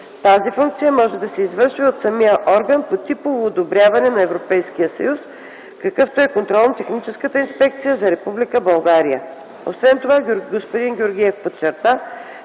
Тази функция може да се извършва и от самия орган по типово одобряване на Европейския съюз, какъвто е Контролно-техническа инспекция за Република България. Освен това господин Георгиев подчерта,